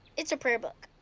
it's a prayer book.